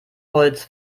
holz